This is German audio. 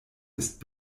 ist